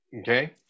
okay